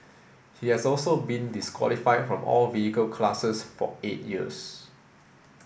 he has also been disqualified from all vehicle classes for eight years